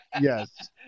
Yes